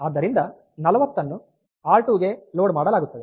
ಆದ್ದರಿಂದ 40 ಅನ್ನು ಆರ್2 ಗೆ ಲೋಡ್ ಮಾಡಲಾಗುತ್ತದೆ